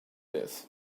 this